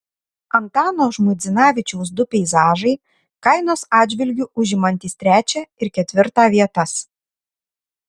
antano žmuidzinavičiaus du peizažai kainos atžvilgiu užimantys trečią ir ketvirtą vietas